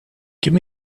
give